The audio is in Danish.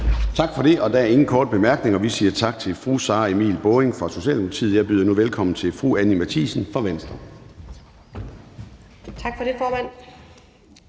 Tak for det. Der er ingen korte bemærkninger. Vi siger tak til fru Sara Emil Baaring fra Socialdemokratiet. Jeg byder nu velkommen til fru Anni Matthiesen fra Venstre. Kl. 13:17 (Ordfører)